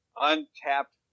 Untapped